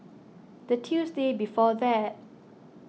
the Tuesday before that